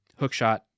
Hookshot